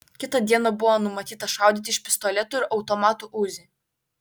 kitą dieną buvo numatyta šaudyti iš pistoletų ir automatų uzi